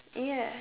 ya